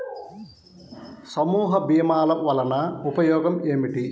సమూహ భీమాల వలన ఉపయోగం ఏమిటీ?